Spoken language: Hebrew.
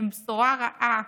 הם בשורה רעה